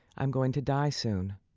i'm going to die soon.